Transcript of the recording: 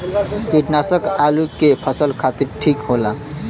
कीटनाशक आलू के फसल खातिर ठीक होला